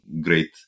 great